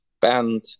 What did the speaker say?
band